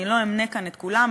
לא אמנה כאן את כולם,